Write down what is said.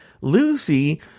Lucy